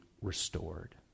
restored